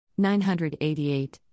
988